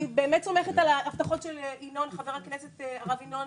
אני באמת סומכת על ההבטחות של חבר הכנסת ינון.